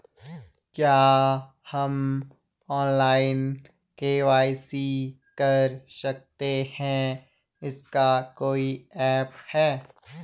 क्या हम online KYC कर सकते हैं इसका कोई ऐप है?